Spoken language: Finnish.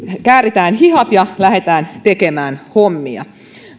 kääritään hihat ja lähdetään tekemään hommia